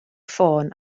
ffôn